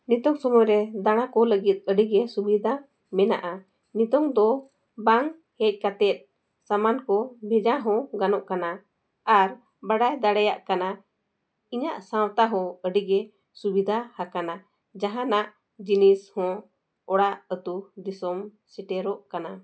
ᱱᱤᱛᱳᱜ ᱥᱚᱢᱚᱭ ᱨᱮ ᱫᱟᱬᱟ ᱠᱚ ᱞᱟᱹᱜᱤᱫ ᱟᱹᱰᱤᱜᱮ ᱥᱩᱵᱤᱫᱷᱟ ᱢᱮᱱᱟᱜᱼᱟ ᱱᱤᱛᱳᱜ ᱫᱚ ᱵᱟᱝ ᱦᱮᱡ ᱠᱟᱛᱮ ᱥᱟᱢᱟᱱ ᱠᱚ ᱵᱷᱮᱡᱟ ᱦᱚᱸ ᱜᱟᱱᱚᱜ ᱠᱟᱱᱟ ᱟᱨ ᱵᱟᱰᱟᱭ ᱫᱟᱲᱮᱭᱟᱜ ᱠᱟᱱᱟ ᱤᱧᱟᱹᱜ ᱥᱟᱶᱛᱟ ᱦᱚᱸ ᱟᱹᱰᱤᱜᱮ ᱥᱩᱵᱤᱫᱷᱟ ᱟᱠᱟᱱᱟ ᱡᱟᱦᱟᱱᱟᱜ ᱡᱤᱱᱤᱥ ᱦᱚᱸ ᱚᱲᱟᱜ ᱟᱹᱛᱩ ᱫᱤᱥᱚᱢ ᱥᱮᱴᱮᱨᱚᱜ ᱠᱟᱱᱟ